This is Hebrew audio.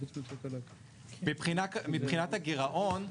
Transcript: מבחינת הגירעון,